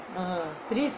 ah